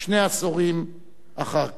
שני עשורים אחר כך.